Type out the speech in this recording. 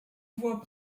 voie